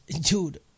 dude